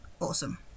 Awesome